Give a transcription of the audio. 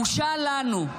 בושה לנו.